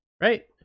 right